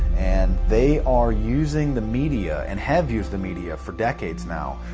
and they are using the media and have used the media for decades now,